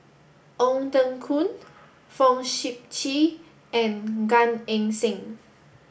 Ong Teng Koon Fong Sip Chee and Gan Eng Seng